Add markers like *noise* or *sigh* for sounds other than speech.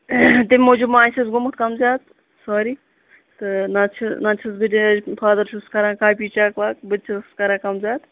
تمہِ موٗجوٗب ما آسیس گوٚمُت کَم زیادٕ تہٕ نَتہٕ چھُ نَتہٕ چھُس *unintelligible* فادر چھُس کران کاپی چَک وَک بہٕ تہِ چھَسَس کران کَم زِیادٕ